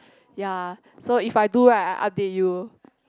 ya so if I do right I update you